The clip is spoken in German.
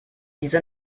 diese